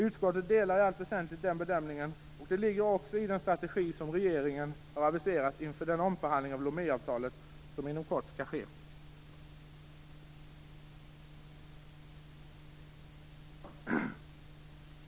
Utskottet delar i allt väsentligt den bedömningen, och detta ligger också i den strategi som regeringen aviserat inför den omförhandling av Loméavtalet som inom kort skall ske.